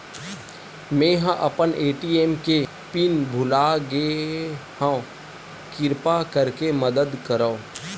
मेंहा अपन ए.टी.एम के पिन भुला गए हव, किरपा करके मदद करव